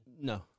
no